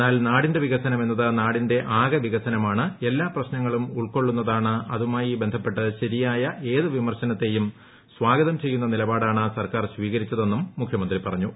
എന്നാൽ നാടിന്റെ വികസനം എന്നത് നാടിന്റെ ആകെ വികസനമാണ് എല്ലാ പ്രശ്നങ്ങളും ഉൾക്കൊള്ളുന്നതാണ് അതുമായി ബന്ധപ്പെട്ട് ശരിയായ ഏത് പ്ലിമ്റ്റ്ശനത്തേയും സ്വാഗതം ചെയ്യുന്ന നിലപാടാണ് സുർക്കാർ സ്വീകരിച്ചതെന്നും മുഖ്യമന്ത്രി പറഞ്ഞു